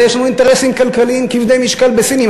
יש לנו אינטרסים כלכליים כבדי משקל בסין.